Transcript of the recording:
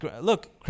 look